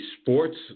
sports